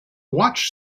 watch